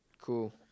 cool